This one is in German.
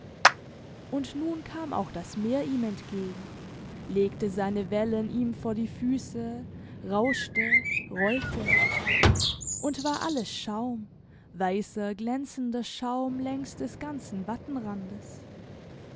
und nun kam auch das meer ihm entgegen legte seine wellen ihm vor die füsse rauschte rollte und war alles schaum weisser glänzender schaum längs des ganzen